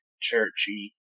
churchy